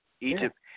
Egypt